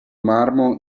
marmo